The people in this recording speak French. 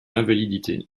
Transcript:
invalidité